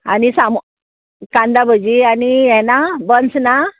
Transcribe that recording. आनी सामो कांदा भजी आनी हें ना बन्स ना